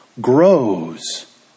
grows